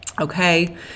okay